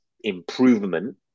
improvement